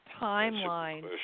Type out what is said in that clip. timeline